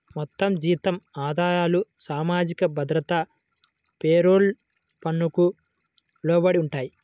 మొత్తం జీతం ఆదాయాలు సామాజిక భద్రత పేరోల్ పన్నుకు లోబడి ఉంటాయి